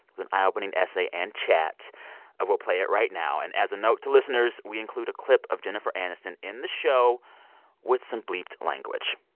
an eye-opening essay and chat ah we'll play it right now. and as a note to listeners, we include a clip of jennifer aniston in the show with some bleeped language